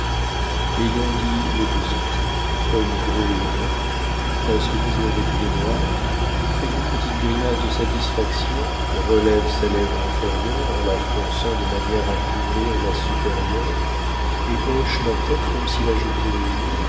ayant dit le positif homme gros et rond presque toujours vêtu de noir fait une petite grimace de satisfaction relève sa lèvre inférieure en la fronçant de manière à couvrir la supérieure et hoche la tête comme s'il ajoutait